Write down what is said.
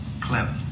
Clever